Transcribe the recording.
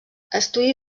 estudi